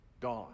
gone